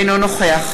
אינו נוכח